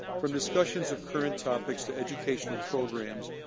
from discussions of current topics to educational programs,